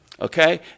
okay